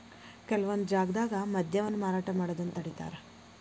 ಕೆಲವೊಂದ್ ಜಾಗ್ದಾಗ ಮದ್ಯವನ್ನ ಮಾರಾಟ ಮಾಡೋದನ್ನ ತಡೇತಾರ